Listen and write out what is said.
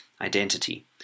identity